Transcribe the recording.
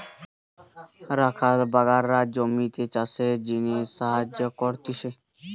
রাখাল বাগলরা জমিতে চাষের জিনে সাহায্য করতিছে